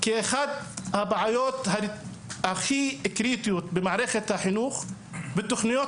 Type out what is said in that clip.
כי אחת מהבעיות הקריטיות ביותר בתוכניות